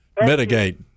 Mitigate